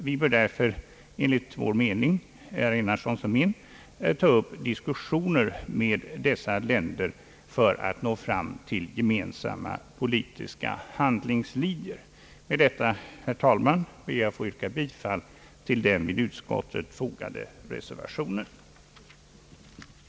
Vi bör därför enligt vår mening — herr Enarssons och min — ta upp diskussioner med dessa länder för att nå fram till gemensamma politiska handlingslinjer. Med detta, herr talman, ber jag att få yrka bifall till den vid utskottets utlåtande fogade reservationen nr 1.